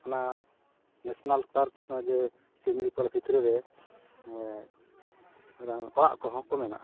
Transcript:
ᱚᱱᱟ national park ᱚᱱᱮ ᱡᱮ ᱥᱤᱢᱞᱤᱯᱟᱲ ᱵᱷᱤᱛᱨᱤ ᱨᱮ ᱚᱲᱟᱜ ᱠᱚ ᱦᱚᱸ ᱠᱚ ᱢᱮᱱᱟᱜᱼᱟ